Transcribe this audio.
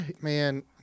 Man